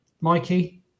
Mikey